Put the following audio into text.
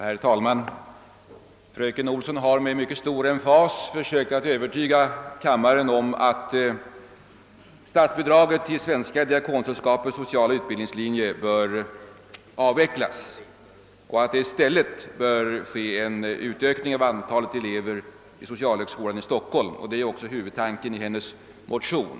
Herr talman! Fröken Olsson har med mycket stor emfas försökt övertyga kammaren om att statsbidraget till Svenska diakonsällskapets sociala utbildningslinje bör avvecklas och att det i stället bör ske en utökning av antalet elever vid socialhögskolan i Stockholm. Detta är också huvudtanken i hennes motion.